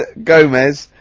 ah gomez,